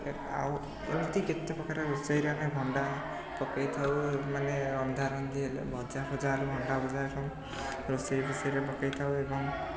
ଆଉ ଏମିତି କେତେପ୍ରକାର ରୋଷେଇରେ ଆମେ ଭଣ୍ଡା ପକେଇ ଥାଉ ମାନେ ରନ୍ଧାରନ୍ଧି ହେଲେ ଭଜାଫଜା ହେଲେ ଭଣ୍ଡା ଭଜା ଏବଂ ରୋଷେଇଫୋଷେଇରେ ପକେଇ ଥାଉ ଏବଂ